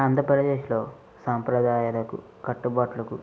ఆంధ్రప్రదేశ్లో సాంప్రదాయాలకు కట్టుబాట్లకు